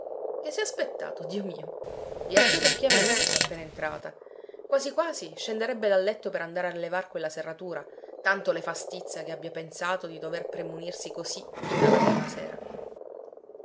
permettere che s'è aspettato dio mio e ha chiuso a chiave l'uscio appena entrata quasi quasi scenderebbe dal letto per andare a levar quella serratura tanto le fa stizza che abbia pensato di dover premunirsi così fin dalla prima sera